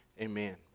Amen